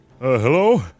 hello